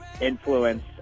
influence